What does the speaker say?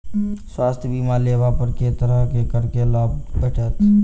स्वास्थ्य बीमा लेबा पर केँ तरहक करके लाभ भेटत?